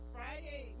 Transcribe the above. Friday